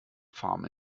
farm